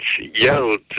yelled